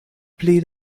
pli